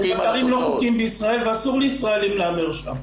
חוקיים בישראל, ואסור לישראלים להמר שם.